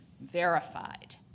verified